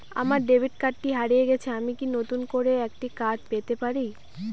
আমার ডেবিট কার্ডটি হারিয়ে গেছে আমি কি নতুন একটি কার্ড পেতে পারি?